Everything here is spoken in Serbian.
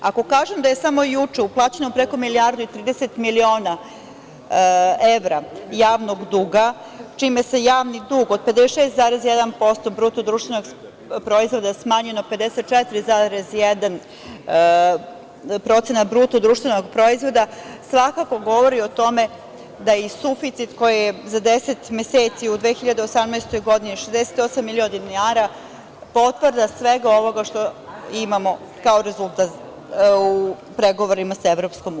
Ako kažem da je samo juče uplaćeno preko milijardu i 30 miliona evra javnog duga, čime se javni dug od 56,1% BDP-a smanjio na 54,1%, to svakako govori o tome da je i suficit koji je za 10 meseci u 2018. godini 68 milijardi dinara potvrda svega ovoga što imamo kao rezultat u pregovorima sa EU.